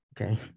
okay